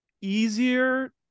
easier